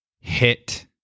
Hit